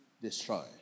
Destroy